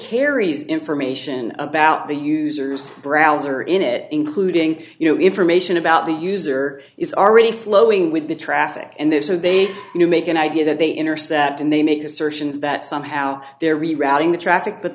carries information about the user's browser in it including you know information about the user is already flowing with the traffic and there so they make an idea that they intercept and they make assertions that somehow they're rerouting the traffic but